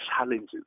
challenges